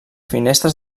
finestres